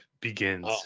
begins